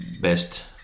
best